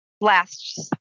Last